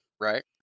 Right